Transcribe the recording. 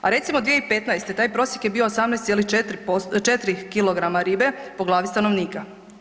A recimo 2015. taj prosjek je bio 18,4 kg ribe po glavi stanovnika.